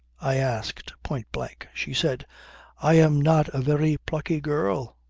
i asked point blank. she said i am not a very plucky girl.